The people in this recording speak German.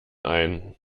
ein